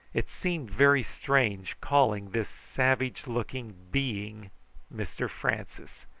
it seemed very strange calling this savage-looking being mr francis,